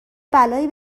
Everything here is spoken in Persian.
بلایی